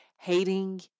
Hating